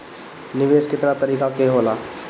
निवेस केतना तरीका के होला?